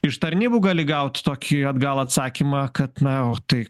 iš tarnybų gali gaut tokį atgal atsakymą kad na o tai